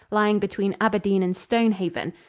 lying between aberdeen and stonehaven,